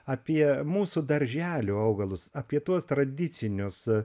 apie mūsų darželio augalus apie tuos tradicinius